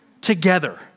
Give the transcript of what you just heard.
together